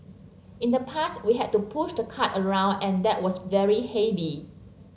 in the past we had to push the cart around and that was very heavy